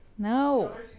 no